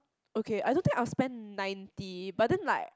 okay I don't think I will spend ninety but then like